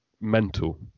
mental